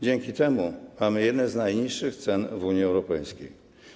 Dzięki temu mamy jedne z najniższych cen w Unii Europejskiej.